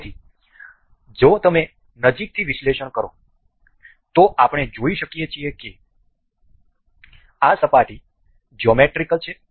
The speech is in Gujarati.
તેથી જો તમે નજીકથી વિશ્લેષણ કરો તો આપણે જોઈ શકીએ છીએ કે આ સપાટી જ્યોમેટ્રીકલ છે